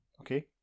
Okay